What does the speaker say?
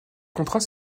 contrats